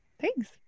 Thanks